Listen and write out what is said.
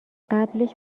قبلش